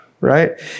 Right